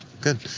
Good